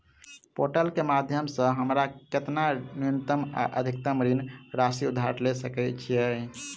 Portal केँ माध्यम सऽ हमरा केतना न्यूनतम आ अधिकतम ऋण राशि उधार ले सकै छीयै?